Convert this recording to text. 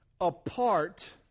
apart